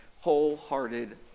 wholehearted